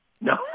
No